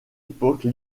époque